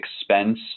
expense